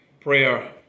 prayer